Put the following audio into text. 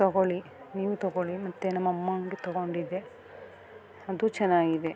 ತಗೊಳ್ಳಿ ನೀವು ತಗೊಳ್ಳಿ ಮತ್ತು ನಮ್ಮ ಅಮ್ಮಂಗೆ ತಗೊಂಡಿದ್ದೆ ಅದು ಚೆನ್ನಾಗಿದೆ